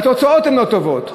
והתוצאות הן לא טובות.